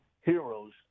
heroes